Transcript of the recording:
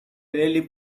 really